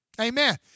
Amen